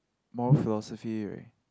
morph philosophy right